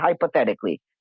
hypothetically